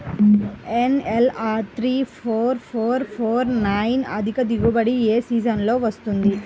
NLR three four four four nine అధిక దిగుబడి ఏ సీజన్లలో వస్తుంది?